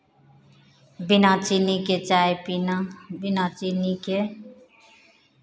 बिना चीनी के चाय पीना बिना चीनी के